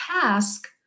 task